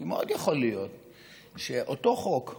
כי מאוד יכול להיות שאותו חוק,